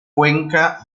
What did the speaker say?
cuenca